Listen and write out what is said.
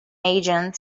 agents